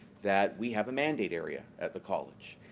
that we have a mandate area at the college,